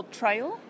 trail